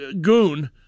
goon